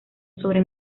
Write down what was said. sobre